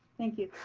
thank you.